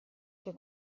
che